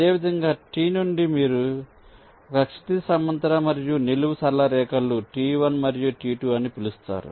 అదేవిధంగా T నుండి మీరు ఒక క్షితిజ సమాంతర మరియు నిలువు సరళ రేఖను T1 మరియు T2 అని పిలుస్తారు